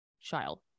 child